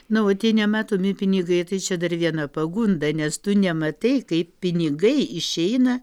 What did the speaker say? na o tie nematomi pinigai tai čia dar viena pagunda nes tu nematai kaip pinigai išeina